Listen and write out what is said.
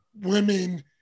women